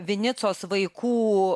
vinicos vaikų